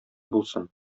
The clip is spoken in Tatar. булсын